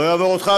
לא יעבור אותך,